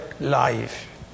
life